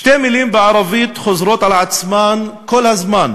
שתי מילים בערבית חוזרות על עצמן כל הזמן